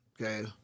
Okay